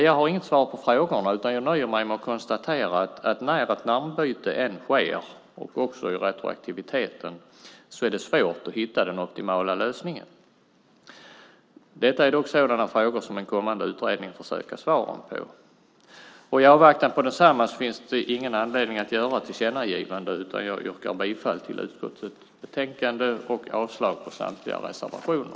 Jag har inget svar på frågorna utan nöjer mig med att konstatera att när ett namnbyte än sker, också i retroaktiviteten, är det svårt att hitta den optimala lösningen. Detta är dock sådana frågor som en kommande utredning får söka svaren på. I avvaktan på densamma finns det dock ingen anledning att göra ett tillkännagivande, utan jag yrkar bifall till utskottets förslag i betänkandet och avslag på samtliga reservationer.